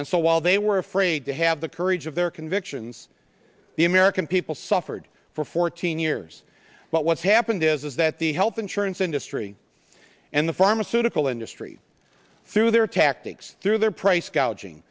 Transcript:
and so while they were afraid to have the courage of their convictions the american people suffered for fourteen years but what's happened is that the health insurance industry and the pharmaceutical industry through their tactics through their price gouging